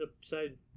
upside